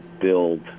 build